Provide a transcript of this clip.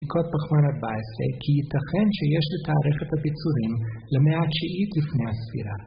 ...בדיקות פחמן 14, כי ייתכן שיש לתארך את הביצורים למאה ה-19 לפני הספירה.